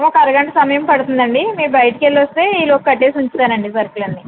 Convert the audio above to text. ఒక అరగంట సమయం పడుతుందండి మీరు బయటికి వెళ్ళి వస్తే ఈలోపు కట్టేసి ఉంచుతానండి సరుకులన్నీ